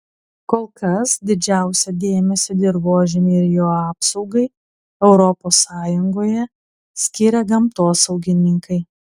kol kas didžiausią dėmesį dirvožemiui ir jo apsaugai europos sąjungoje skiria gamtosaugininkai